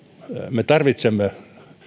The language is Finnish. me tarvitsemme